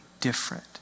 different